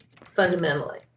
fundamentally